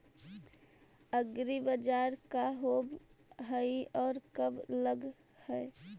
एग्रीबाजार का होब हइ और कब लग है?